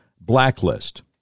Blacklist